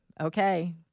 okay